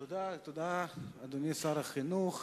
תודה, אדוני שר החינוך.